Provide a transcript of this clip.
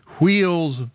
wheels